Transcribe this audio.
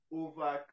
over